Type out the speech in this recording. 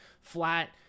flat